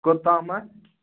کوٚت تام